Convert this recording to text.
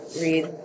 read